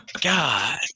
god